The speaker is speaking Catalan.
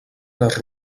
les